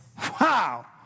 Wow